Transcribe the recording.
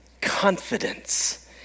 confidence